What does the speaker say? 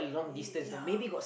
ya